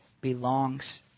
belongs